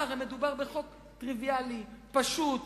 הרי מדובר בחוק טריוויאלי, פשוט.